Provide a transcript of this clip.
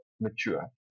mature